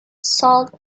salt